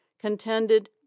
contended